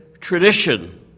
tradition